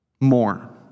more